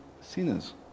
sinners